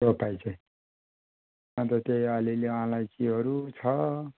रोपाइ चाहिँ अन्त त्यही अलिअलि अलैँचीहरू छ